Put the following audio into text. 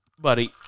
Buddy